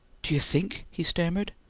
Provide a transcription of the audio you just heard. do you think? he stammered.